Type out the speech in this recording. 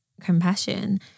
compassion